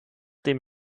dem